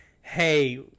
hey